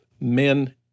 men